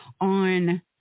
on